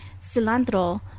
cilantro